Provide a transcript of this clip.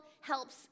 helps